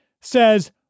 says